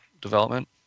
development